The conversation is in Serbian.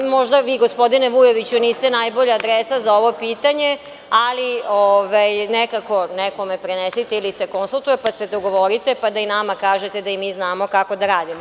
Možda vi, gospodine Vujoviću, niste najbolja adresa za ovo pitanje, ali nekako nekome prenesite ili se konsultujte, dogovorite se, pa da i nama kažete da i mi znamo kako da radimo.